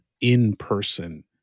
in-person